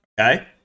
okay